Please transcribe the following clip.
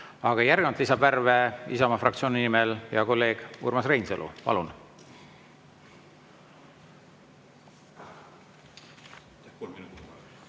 Aga järgnevalt lisab värve Isamaa fraktsiooni nimel hea kolleeg Urmas Reinsalu. Palun!